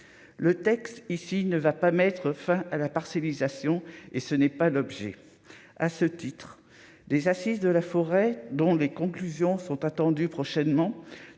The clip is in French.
le texte ici, il ne va pas mettre fin à la parcellisation et ce n'est pas l'objet, à ce titre des Assises de la forêt, dont les conclusions sont attendues prochainement